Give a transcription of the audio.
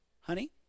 Honey